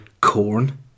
Corn